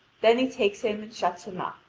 then he takes him and shuts him up.